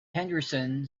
henderson